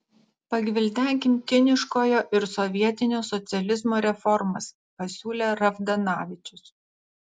pagvildenkim kiniškojo ir sovietinio socializmo reformas pasiūlė ravdanavičius